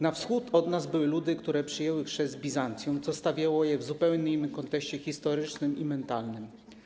Na Wschód od nas były ludy, które przyjęły chrzest w Bizancjum, co stawiało je w zupełnie innym kontekście historycznym i mentalnym.